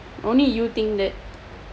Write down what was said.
only you you think that